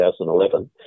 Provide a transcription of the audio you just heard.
2011